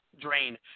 drain